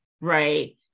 right